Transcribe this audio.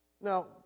Now